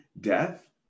death